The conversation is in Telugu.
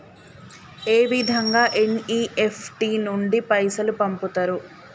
ఏ విధంగా ఎన్.ఇ.ఎఫ్.టి నుండి పైసలు పంపుతరు?